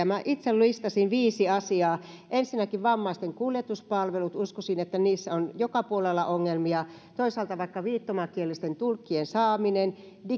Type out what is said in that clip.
minä itse listasin viisi asiaa ensinnäkin vammaisten kuljetuspalvelut uskoisin että niissä on joka puolella ongelmia toisaalta vaikka viittomakielisten tulkkien saaminen